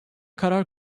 karar